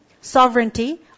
sovereignty